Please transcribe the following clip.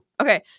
Okay